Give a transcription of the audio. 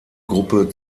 gruppe